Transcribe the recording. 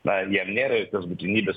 na jam nėra jokios būtinybės